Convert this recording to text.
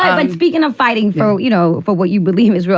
um but speaking of fighting for what you know for what you believe is right,